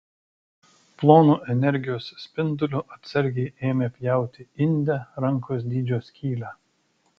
plonu energijos spinduliu atsargiai ėmė pjauti inde rankos dydžio skylę